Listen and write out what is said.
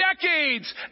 decades